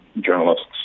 journalists